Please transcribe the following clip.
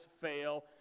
fail